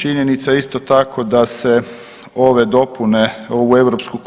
Činjenica, isto tako, da se ove dopune u europsku